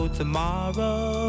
tomorrow